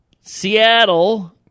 Seattle